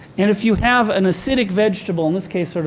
and if you have an acidic vegetable, in this case,